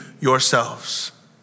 yourselves